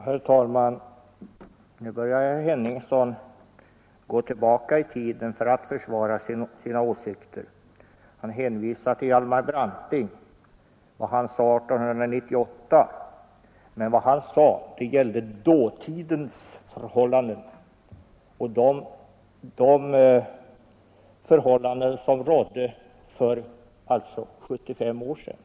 Herr talman! Nu börjar herr Henningsson gå tillbaka i tiden för att försvara sina åsikter. Han hänvisar till vad Hjalmar Branting sade 1898. Men vad han sade gällde dåtidens förhållanden, alltså de förhållanden som rådde för 75 år sedan.